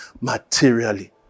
materially